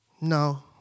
No